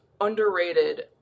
underrated